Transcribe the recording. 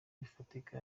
bifatika